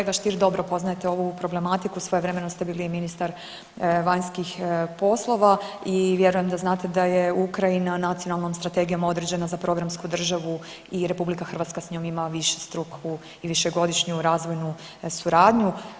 Kolega Stier dobro poznajete ovu problematiku, svojevremeno ste bili i ministar vanjskih poslova i vjerujem da znate da je Ukrajina nacionalnom strategijom određena za programsku državu i RH s njom ima višestruku i višegodišnju razvojnu suradnju.